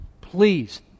Please